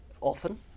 often